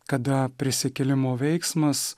kada prisikėlimo veiksmas